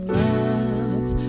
love